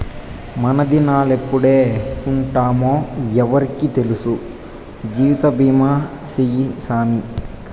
మనదినాలెప్పుడెప్పుంటామో ఎవ్వురికి తెల్సు, జీవితబీమా సేయ్యి సామీ